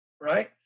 Right